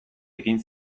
ekin